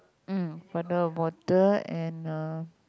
mm got the bottle and uh